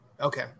Okay